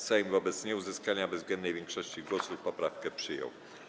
Sejm wobec nieuzyskania bezwzględnej większości głosów poprawkę przyjął.